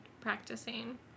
practicing